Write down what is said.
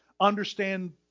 understand